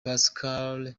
pascal